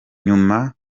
nyuma